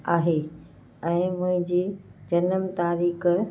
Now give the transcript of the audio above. आहे ऐं मुहिंजे जनम तारीख़